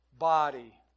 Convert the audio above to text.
body